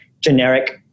generic